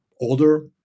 older